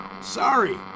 Sorry